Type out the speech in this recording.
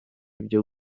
byo